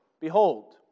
Behold